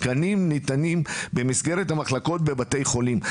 תקנים ניתנים במסגרת המחלקות בבתי החולים.